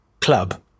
club